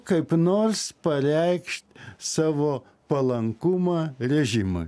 kaip nors pareikšt savo palankumą režimui